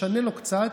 משנה לו קצת,